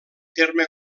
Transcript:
terme